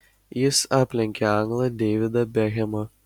jis aplenkė anglą deividą bekhemą